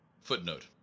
Footnote